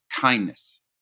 kindness